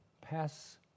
pass